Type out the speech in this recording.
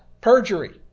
perjury